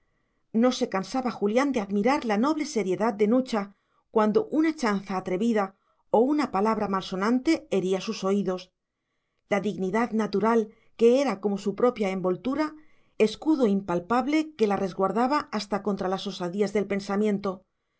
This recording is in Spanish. no se cansaba julián de admirar la noble seriedad de nucha cuando una chanza atrevida o una palabra malsonante hería sus oídos la dignidad natural que era como su propia envoltura escudo impalpable que la resguardaba hasta contra las osadías del pensamiento